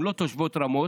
הן לא תושבות רמות,